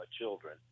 children